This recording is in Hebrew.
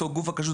בתור גוף כשרות,